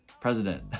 president